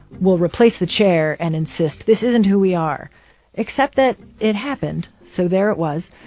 we'll replace the chair and insist, this isn't who we are except that it happened, so there it was.